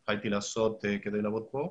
אני צריך לעשות כדי לעבוד כאן,